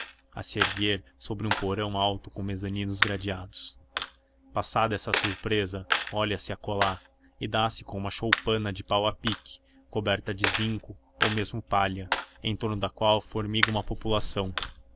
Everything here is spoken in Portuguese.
a se erguer sobre um porão alto com mezaninos gradeados passada essa surpresa olhase acolá e dá-se com uma choupana de pau a pique coberta de zinco ou mesmo palha em torno da qual formiga uma população